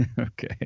okay